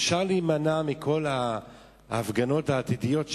אפשר להימנע מכל ההפגנות העתידיות,